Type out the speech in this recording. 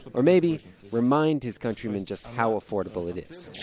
or maybe remind his countrymen just how affordable it is.